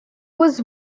was